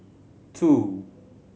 two